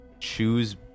choose